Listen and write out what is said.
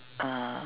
uh